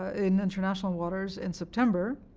in international waters in september,